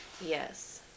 Yes